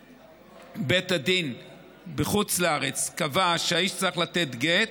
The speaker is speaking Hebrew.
בית הדין בחוץ לארץ קבע שהאיש צריך לתת גט,